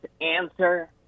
answer